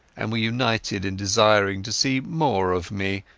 and were united in desiring to see more of me,